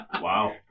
Wow